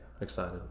excited